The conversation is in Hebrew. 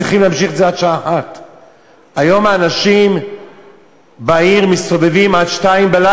צריכים להמשיך אותה עד השעה 01:00. היום האנשים בעיר מסתובבים עד 02:00,